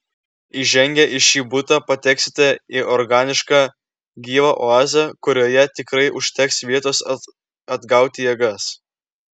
įžengę į šį butą pateksite į organišką gyvą oazę kurioje tikrai užteks vietos atgauti jėgas